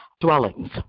dwellings